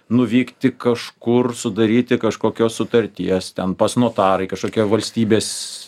nuvykti kažkur sudaryti kažkokios sutarties ten pas notarą į kažkokią valstybės